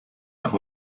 nach